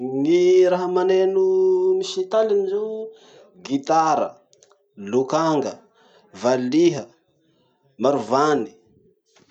Ny raha maneno misy taliny zao: gitara, lokanga, valiha, marovany.